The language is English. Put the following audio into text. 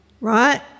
right